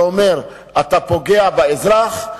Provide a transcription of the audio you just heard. וזה אומר שאתה פוגע באזרח,